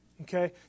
Okay